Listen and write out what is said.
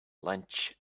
lunch